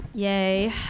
Yay